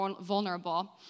vulnerable